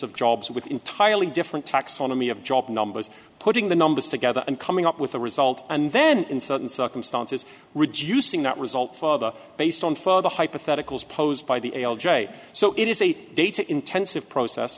of jobs with entirely different taxonomy of job numbers putting the numbers together and coming up with a result and then in certain circumstances reducing that result based on the hypotheticals posed by the a l j so it is a data intensive proces